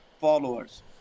followers